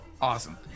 Awesome